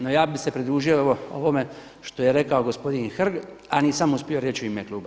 No, ja bih se pridružio i ovome što je rekao gospodin Hrg, a nisam uspio reći u ime kluba.